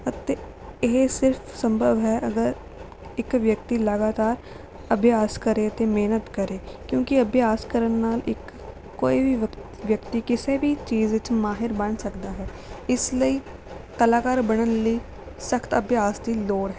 ਅਤੇ ਇਹ ਸਿਰਫ਼ ਸੰਭਵ ਹੈ ਅਗਰ ਇੱਕ ਵਿਅਕਤੀ ਲਗਾਤਾਰ ਅਭਿਆਸ ਕਰੇ ਅਤੇ ਮਿਹਨਤ ਕਰੇ ਕਿਉਂਕਿ ਅਭਿਆਸ ਕਰਨ ਨਾਲ ਇੱਕ ਕੋਈ ਵੀ ਵਿਅਕ ਵਿਅਕਤੀ ਕਿਸੇ ਵੀ ਚੀਜ਼ ਵਿੱਚ ਮਾਹਿਰ ਬਣ ਸਕਦਾ ਹੈ ਇਸ ਲਈ ਕਲਾਕਾਰ ਬਣਨ ਲਈ ਸਖ਼ਤ ਅਭਿਆਸ ਦੀ ਲੋੜ ਹੈ